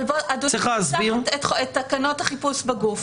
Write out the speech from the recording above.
אבל אני פותחת את תקנות החיפוש בגוף